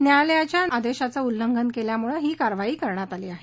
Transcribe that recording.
न्यायालयाच्या या निर्देशाचं उल्लघन केल्यामुळे ही कारवाई करण्यात आली आहे